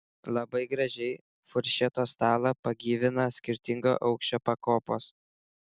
labai gražiai furšeto stalą pagyvina skirtingo aukščio pakopos